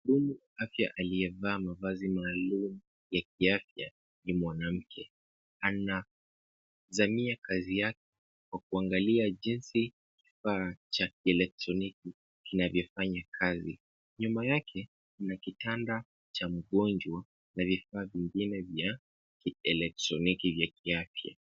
Mhudumu wa afya aliyevaa mavazi maalum ya kiafya ni mwanamke. Anazamia kazi yake kwa kuangalia jinsi kifaa cha kielektroniki kinavyofanya kazi. Nyuma yake kuna kitanda cha mgonjwa na vifaa vingine vya kielektroniki vya kiafya.